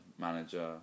manager